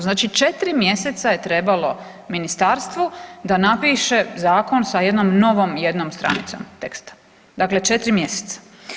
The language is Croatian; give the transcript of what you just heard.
Znači četiri mjeseca je trebalo ministarstvu da napiše zakon sa jednom novom jednom stranicom teksta, dakle četiri mjeseca.